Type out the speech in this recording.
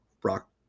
Brock